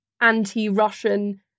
anti-russian